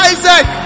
Isaac